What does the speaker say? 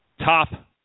top